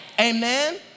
Amen